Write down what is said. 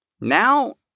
Now